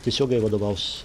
tiesiogiai vadovaus